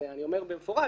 אני אומר במפורש,